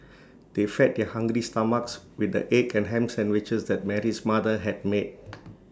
they fed their hungry stomachs with the egg and Ham Sandwiches that Mary's mother had made